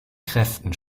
kräften